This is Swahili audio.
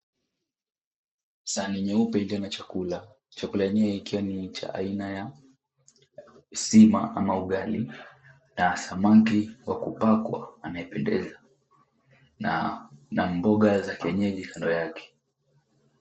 Sahani nyeupe iliyo na chakula. Chakula yenye ikiwa ni cha aina ya sima ama ugali na samaki wa kupakwa anayependeza na mboga za kienyeji kando yake.